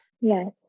Yes